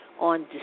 on